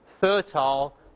fertile